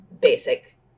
basic